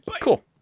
Cool